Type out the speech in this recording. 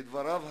לדבריו,